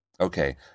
Okay